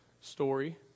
story